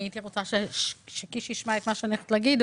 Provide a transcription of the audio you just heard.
הייתי רוצה שחבר הכנסת קיש ישמע את מה שאני הולכת להגיד.